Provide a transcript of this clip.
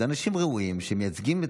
זה אנשים ראויים שמייצגים,